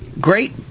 great